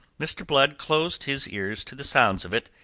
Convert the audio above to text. mr. blood closed his ears to the sounds of it,